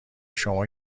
شما